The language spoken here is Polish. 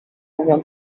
mówią